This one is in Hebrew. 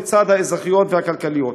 לצד האזרחיות והכלכליות.